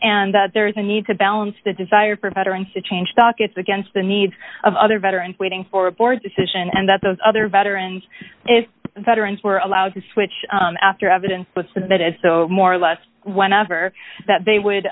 and that there is a need to balance the desire for veterans to change dockets against the needs of other veterans waiting for a board decision and that those other veterans and veterans were allowed to switch after evidence was submitted so more or less whenever that they would